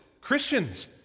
Christians